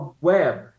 web